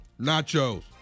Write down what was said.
Nachos